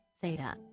theta